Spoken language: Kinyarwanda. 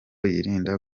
yirinda